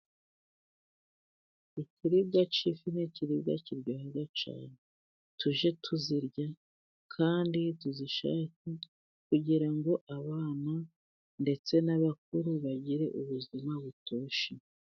Ikiribwa cy'ifi ni ikiribwa kiryoha cyane, tujye tuzirya kandi tuzishake kugira ngo abana ndetse n'abakuru bagire ubuzima butoshye.